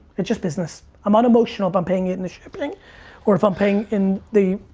it's just business. i'm unemotional if i'm paying it in the shipping or if i'm paying in the,